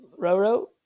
Roro